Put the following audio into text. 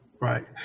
right